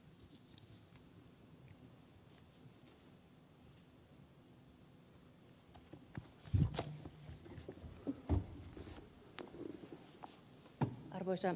arvoisa puhemies